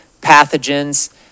pathogens